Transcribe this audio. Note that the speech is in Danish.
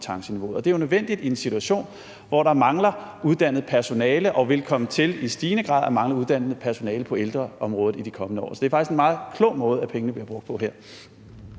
Og det er jo nødvendigt i en situation, hvor der mangler uddannet personale, og der vil i stigende grad komme til at mangle uddannet personale på ældreområdet i de kommende år. Så det er faktisk en meget klog måde, pengene bliver brugt på her.